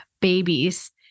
babies